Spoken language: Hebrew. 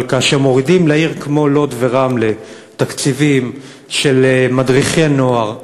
אבל כאשר מורידים לערים כמו לוד ורמלה תקציבים של מדריכי נוער,